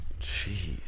Jeez